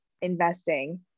investing